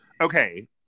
Okay